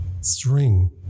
string